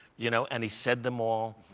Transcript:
you know, and he said them all,